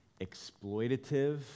exploitative